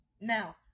now